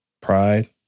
pride